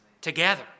together